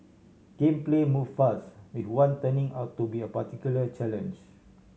game play moved fast with one turning out to be a particular challenge